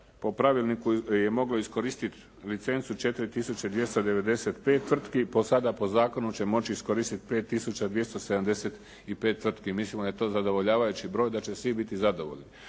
po pravilniku je moglo iskoristit licencu 4295 tvrtki. Sada po zakonu će moći iskoristit 5275 tvrtki. Mislimo da je to zadovoljavajući broj, da će svi biti zadovoljni.